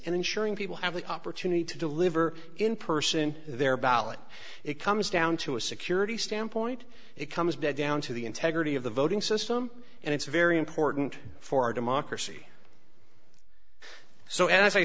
and ensuring people have the opportunity to deliver in person their ballot it comes down to a security standpoint it comes down to the integrity of the voting system and it's very important for our democracy so as i